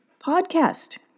podcast